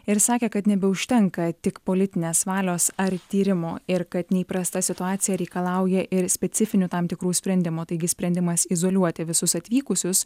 ir sakė kad nebeužtenka tik politinės valios ar tyrimo ir kad neįprasta situacija reikalauja ir specifinių tam tikrų sprendimų taigi sprendimas izoliuoti visus atvykusius